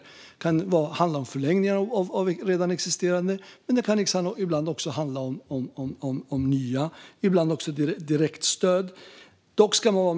Det kan handla om förlängningar av redan existerande stöd, om nya stöd och ibland också direktstöd.